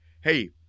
hey